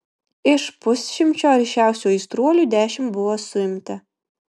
iš pusšimčio aršiausių aistruolių dešimt buvo suimta